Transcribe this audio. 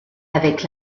avec